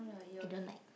I don't like